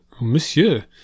Monsieur